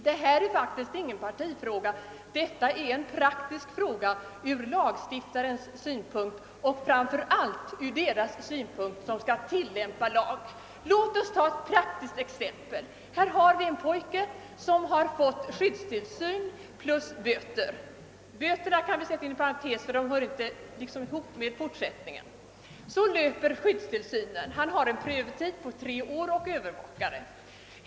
Detta är ingen partifråga, utan en praktisk fråga både ur lagstiftarens synpunkt och ur deras synpunkt som skall tillämpa lagen. Låt oss ta ett praktiskt exempel — en pojke, som har fått skyddstillsyn plus böter. Böterna kan vi sätta inom parentes, ty de hör inte ihop med fortsättningen. Så löper då skyddstillsynen. Han har en prövotid på tre år och övervakare.